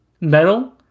metal